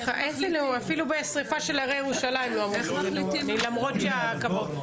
אפילו בשריפה של הרי ירושלים לא אמרו שזה אירוע לאומני.